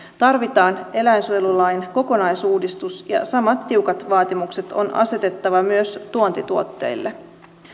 tarvitaan eläinsuojelulain kokonaisuudistus ja samat tiukat vaatimukset on asetettava myös tuontituotteille